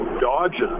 dodges